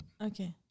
Okay